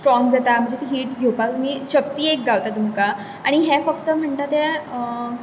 strong जाता म्हणजे ती हीट घेवपाक न्हय शक्ती एक गावता तुमकां आनी हें फक्त म्हणटा तें